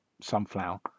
sunflower